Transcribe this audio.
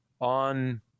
on